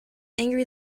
angry